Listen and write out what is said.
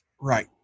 Right